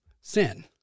sin